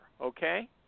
okay